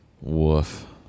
Woof